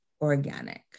organic